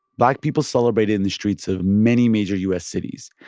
black people celebrated in the streets of many major u s. cities.